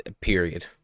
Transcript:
period